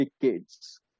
decades